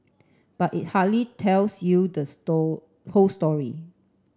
but it hardly tells you the store whole story